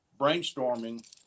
brainstorming